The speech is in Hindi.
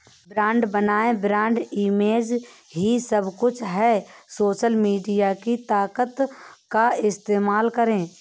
ब्रांड बनाएं, ब्रांड इमेज ही सब कुछ है, सोशल मीडिया की ताकत का इस्तेमाल करें